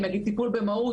נגיד טיפול במהות,